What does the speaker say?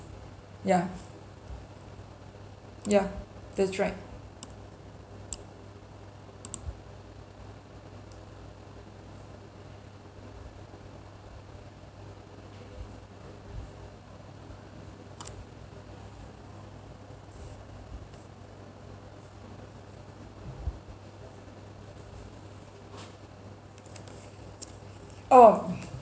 ya ya that's right oh